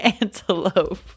antelope